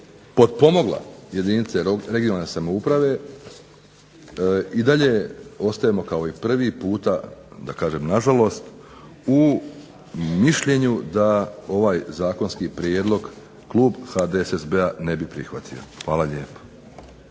potpomogla jedinice regionalne samouprave i dalje ostajemo kao i prvi puta, da kažem nažalost, u mišljenju da ovaj zakonski prijedlog klub HDSSB-a ne bi prihvatio. Hvala lijepo.